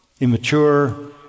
immature